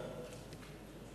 חוק